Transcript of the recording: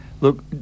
look